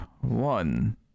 one